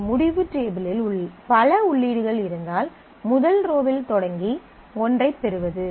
நம் முடிவு டேபிளில் பல உள்ளீடுகள் இருந்தால் முதல் ரோவில் தொடங்கி ஒன்றைப் பெறுவது